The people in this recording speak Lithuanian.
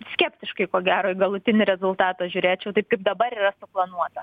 skeptiškai ko gero į galutinį rezultatą žiūrėčiau taip kaip dabar yra suplanuota